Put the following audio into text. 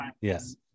Yes